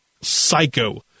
psycho